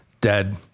Dead